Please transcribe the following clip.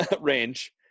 range